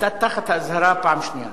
אתה תחת אזהרה פעם שנייה.